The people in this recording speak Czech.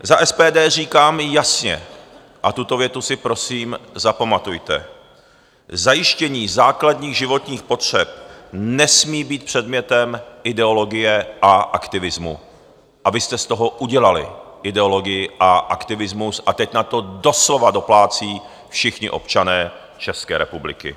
Za SPD říkám jasně, a tuto větu si prosím zapamatujte zajištění základních životních potřeb nesmí být předmětem ideologie a aktivismu, a vy jste z toho udělali ideologii a aktivismus a teď na to doslova doplácí všichni občané České republiky.